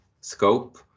scope